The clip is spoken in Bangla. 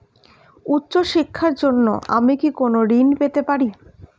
উচ্চশিক্ষার জন্য আমি কি কোনো ঋণ পেতে পারি?